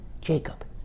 jacob